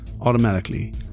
automatically